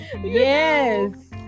Yes